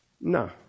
No